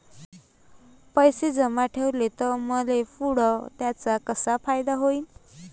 पैसे जमा ठेवले त मले पुढं त्याचा कसा फायदा होईन?